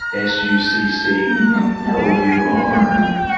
s u c c o u r,